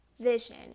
vision